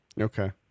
Okay